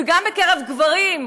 וגם בקרב גברים,